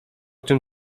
czym